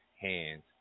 hands